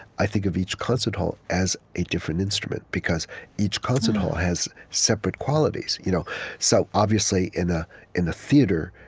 i think of each concert hall as a different instrument. because each concert hall has separate qualities. you know so obviously in ah in a theater,